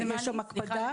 יש שם הקפדה.